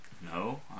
No